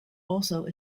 also